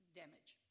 damage